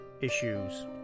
issues